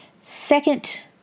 Second